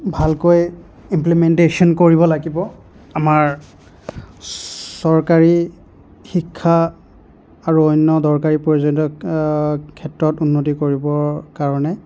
ভালকৈ ইমপ্লোমেইনটেশ্যন কৰিব লাগিব আমাৰ চৰকাৰী শিক্ষা আৰু অন্য দৰকাৰী প্ৰয়োজনীয়তাৰ ক্ষেত্ৰত উন্নতি কৰিবৰ কাৰণে